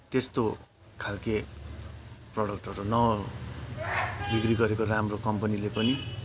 त्यस्तो खाल्के प्रडक्टहरू न बिक्री गरेको राम्रो कम्पनीले पनि